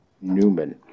Newman